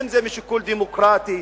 אם משיקול דמוקרטי,